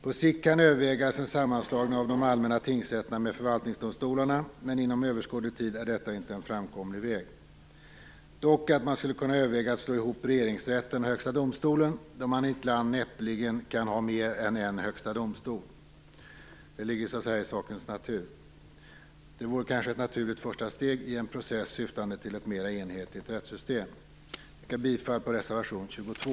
På sikt kan man överväga en sammanslagning av de allmänna tingsrätterna med förvaltningsdomstolarna, men inom överskådlig tid är det inte en framkomlig väg. Dock skulle man kunna överväga att slå ihop Regeringsrätten och Högsta domstolen, då man i ett land näppeligen kan ha mer än en högsta domstol. Det ligger så att säga i sakens natur. Det vore kanske ett naturligt första steg i en process syftande till ett mera enhetligt rättssystem. Jag yrkar bifall till reservation nr 22.